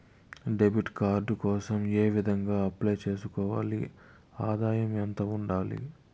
Debit card కోసం ఏ విధంగా అప్లై సేసుకోవాలి? ఆదాయం ఎంత ఉండాలి?